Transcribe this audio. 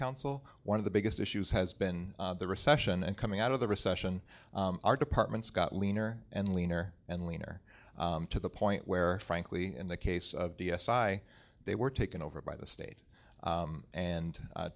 council one of the biggest issues has been the recession and coming out of the recession our departments got leaner and leaner and leaner to the point where frankly in the case of d s i they were taken over by the state and